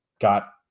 got